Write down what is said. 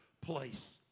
place